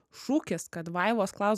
šūkis kad vaivos klausk